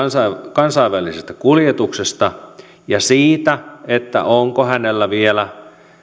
kansainvälisestä kuljetuksesta ja siitä onko tällä vielä